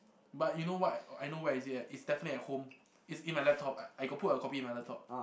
but you know what I know where is it at it's definitely at home it's in my laptop I I got put a copy in my laptop